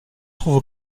trouve